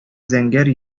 зәңгәр